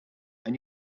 and